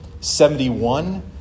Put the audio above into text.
seventy-one